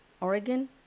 Oregon